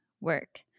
work